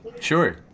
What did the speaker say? sure